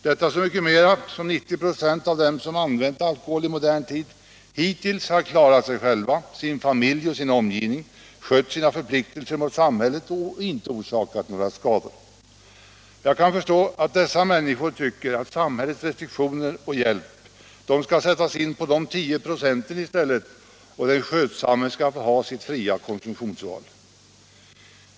Detta så mycket mera som 90 96 av dem som använt alkohol i modern tid hittills har klarat sig själva, sin familj och sin omgivning, skött sina förpliktelser mot samhället och inte orsakat några skador. Jag kan förstå att dessa människor tycker att samhällets restriktioner och hjälp skall sättas in på de andra, de 10 procenten, i stället och att den skötsamme skall få ha sitt fria konsumtionsval.